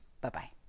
Bye-bye